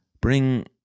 Bring